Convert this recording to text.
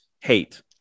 hate